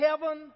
heaven